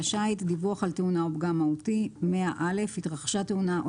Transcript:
100.דיווח על תאונה או פגם מהותי התרחשה תאונה או